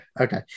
Okay